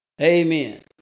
Amen